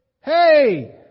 hey